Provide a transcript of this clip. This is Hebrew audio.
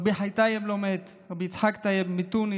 רבי חי טייב "לא מת", רבי יצחק טייב מתוניס,